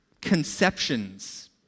conceptions